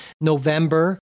November